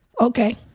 okay